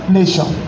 nation